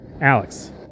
Alex